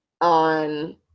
on